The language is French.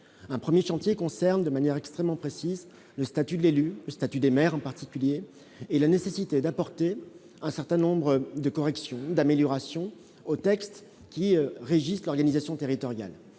un 1er chantier concerne de manière extrêmement précise le statut de l'élu, le statut des maires en particulier et la nécessité d'apporter un certain nombre de corrections d'améliorations au texte qui régissent l'organisation territoriale,